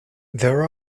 there